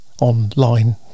online